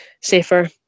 safer